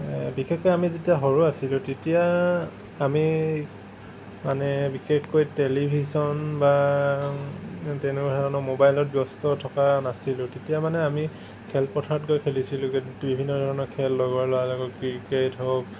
বিশেষকৈ আমি যেতিয়া সৰু আছিলোঁ তেতিয়া আমি মানে বিশেষকৈ টেলিভিশ্যন বা তেনেকুৱা ধৰণৰ মোবাইলত ব্যস্ত থকা নাছিলোঁ তেতিয়া মানে আমি খেল পথাৰত গৈ খেলিছিলোঁগৈ বিভিন্ন ধৰণৰ খেল লগৰ ল'ৰাৰ লগত ক্ৰিকেট হওঁক